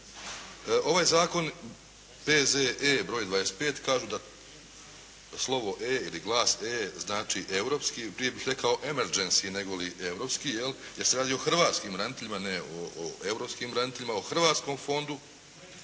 Ovaj zakon P.Z.E. br. 25 kažu da slovo “E“ ili glas “E“ znači europski. Prije bih rekao emergencski nego li europski jer se radi o hrvatskim braniteljima, ne o europskim braniteljima, o hrvatskom fondu.